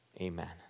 Amen